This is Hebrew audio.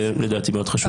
זה לדעתי מאוד חשוב.